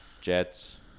Jets